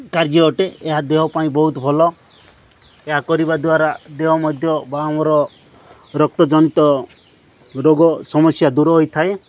କାର୍ଯ୍ୟ ଅଟେ ଏହା ଦେହ ପାଇଁ ବହୁତ ଭଲ ଏହା କରିବା ଦ୍ୱାରା ଦେହ ମଧ୍ୟ ବା ଆମର ରକ୍ତଜନିତ ରୋଗ ସମସ୍ୟା ଦୂର ହୋଇଥାଏ